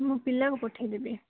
ମୁଁ ପିଲାକୁ ପଠେଇ ଦେବି